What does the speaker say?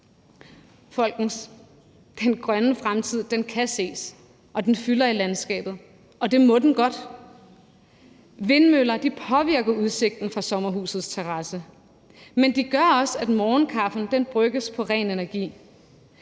Folkens, den grønne fremtid kan ses, og den fylder i landskabet, og det må den godt. Vindmøller påvirker udsigten fra sommerhusets terrasse, men de gør også, at morgenkaffen brygges på ren energi.